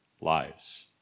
lives